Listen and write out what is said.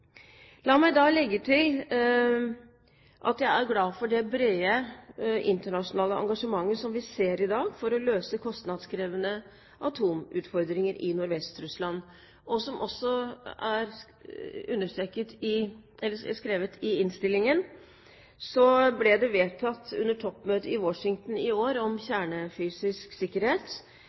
La meg legge til at jeg er glad for det brede internasjonale engasjementet som vi ser i dag for å løse kostnadskrevende atomutfordringer i Nordvest-Russland. Og som det også står i innstillingen, ble det under toppmøtet i Washington i år om kjernefysisk sikkerhet